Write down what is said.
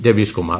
Raveesh Kumar